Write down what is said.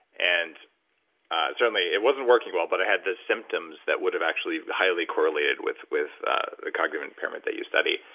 and suddenly it wasn't working well but i had the symptoms that would actually highly correlated with with ah the cognitive impairment that you study.